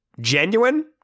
genuine